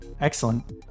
Excellent